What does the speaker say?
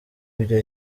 ibyo